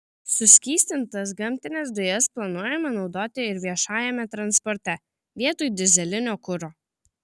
suskystintas gamtines dujas planuojama naudoti ir viešajame transporte vietoj dyzelinio kuro